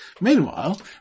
Meanwhile